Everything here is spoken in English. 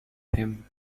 him